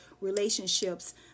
relationships